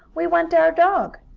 we want our dog!